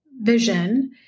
vision